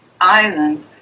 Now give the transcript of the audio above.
island